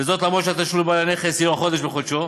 וזאת אף שהתשלום לבעל הנכס הוא חודש בחודשו,